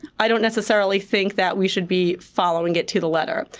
i don't necessarily think that we should be following it to the letter,